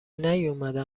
نیومدن